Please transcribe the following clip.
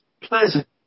Pleasant